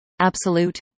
Absolute